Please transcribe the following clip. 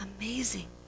amazing